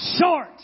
short